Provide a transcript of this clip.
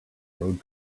road